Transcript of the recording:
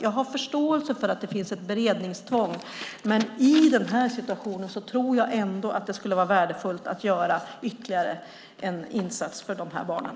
Jag har förståelse för att det finns ett beredningstvång, men i den här situationen tror jag ändå att det skulle vara värdefullt att göra ytterligare en insats för de här barnen.